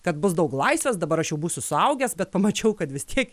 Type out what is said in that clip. kad bus daug laisvės dabar aš jau būsiu suaugęs bet pamačiau kad vis tiek